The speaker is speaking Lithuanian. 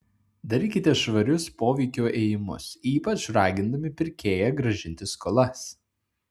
darykite švarius poveikio ėjimus ypač ragindami pirkėją grąžinti skolas